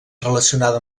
relacionada